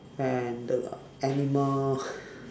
and the animal